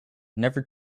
never